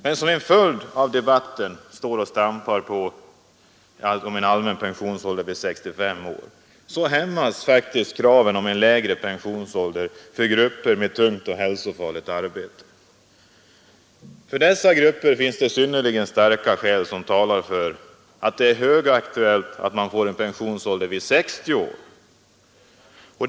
Men som en följd av att debatten står och stampar kring en sänkning av den allmänna pensionsåldern till 65 år hämmas kraven på en lägre pensionsålder för grupper med tungt och hälsofarligt arbete. För dessa grupper finns det synnerligen starka skäl som talar för att pensionsåldern sänks till 60 år.